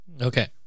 Okay